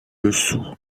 dessous